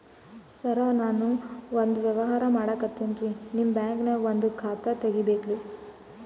ಸರ ನಾನು ಒಂದು ವ್ಯವಹಾರ ಮಾಡಕತಿನ್ರಿ, ನಿಮ್ ಬ್ಯಾಂಕನಗ ಒಂದು ಖಾತ ತೆರಿಬೇಕ್ರಿ?